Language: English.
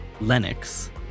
Lennox